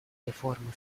реформы